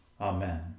Amen